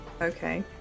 okay